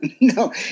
no